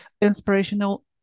inspirational